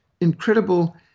incredible